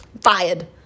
Fired